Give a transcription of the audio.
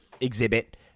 exhibit